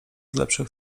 lepszych